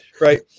right